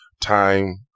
time